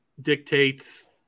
dictates